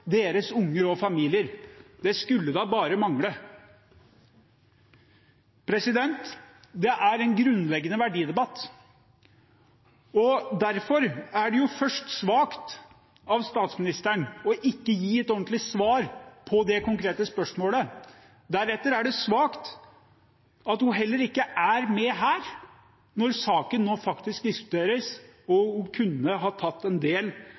deres unger og familier – det skulle bare mangle. Dette er en grunnleggende verdidebatt. Derfor er det først svakt av statsministeren ikke å gi et ordentlig svar på det konkrete spørsmålet. Deretter er det svakt at hun heller ikke er med her, nå når saken diskuteres. Hun kunne ha tatt del i det og forklart hvorfor Color Line skal diktere politikken. Jeg fikk en